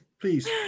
please